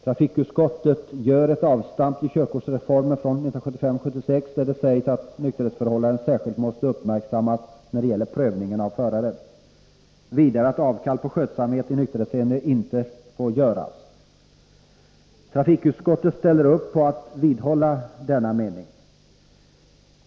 Trafikutskottet gör ett avstamp vid körkortsreformen från 1975/76, där det sägs att nykterhetsförhållandet särskilt måste uppmärksammas när det gäller prövningen av förare och vidare att avkall på skötsamheten i nykterhetshänseende inte får göras. Trafikutskottet ställer upp för att vidhålla denna mening.